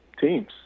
teams